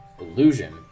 Illusion